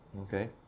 okay